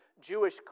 Jewish